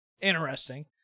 interesting